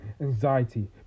anxiety